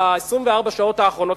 ב-24 השעות האחרונות,